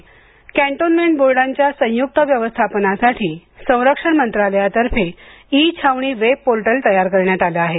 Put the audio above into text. E Chhawani portal cantonment बोर्डांच्या संयुक्त व्यवस्थापनासाठी संरक्षण मंत्रालयातर्फे ई छावणी वेबपोर्टल तयार करण्यात आले आहे